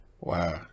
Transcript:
Wow